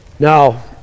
Now